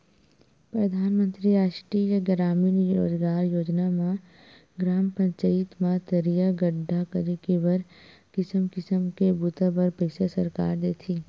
परधानमंतरी रास्टीय गरामीन रोजगार योजना म ग्राम पचईत म तरिया गड्ढ़ा करे के बर किसम किसम के बूता बर पइसा सरकार देथे